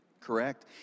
correct